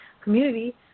community